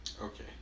Okay